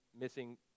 missing